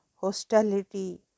hostility